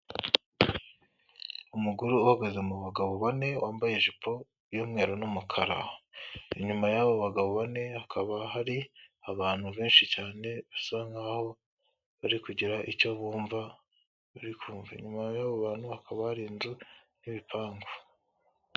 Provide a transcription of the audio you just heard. Umugore uhagaze mu bagabo bane wambaye ijipo y'umweru n'umukara, inyuma y'abo bagabo bane hakaba hari abantu benshi cyane basa nkaho bari kugira icyo bumva barikumva, inyuma y'abo bantu hakaba hari inzu n'ibipangu.